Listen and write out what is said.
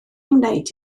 wneud